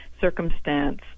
circumstance